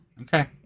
Okay